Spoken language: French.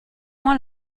moins